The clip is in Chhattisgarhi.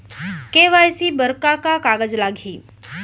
के.वाई.सी बर का का कागज लागही?